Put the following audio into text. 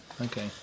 Okay